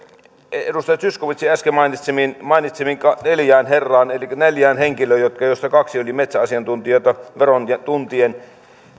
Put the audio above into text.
edustaja zyskowiczin äsken mainitsemiin mainitsemiin neljään herraan elikkä neljään henkilöön joista kaksi oli metsäasiantuntijoita verot tuntien